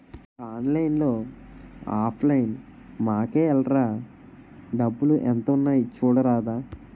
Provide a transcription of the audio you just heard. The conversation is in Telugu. ఆన్లైన్లో ఆఫ్ లైన్ మాకేఏల్రా డబ్బులు ఎంత ఉన్నాయి చూడరాదా